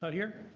ah here.